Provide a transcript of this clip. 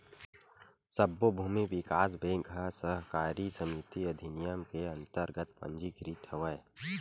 सब्बो भूमि बिकास बेंक ह सहकारी समिति अधिनियम के अंतरगत पंजीकृत हवय